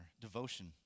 devotion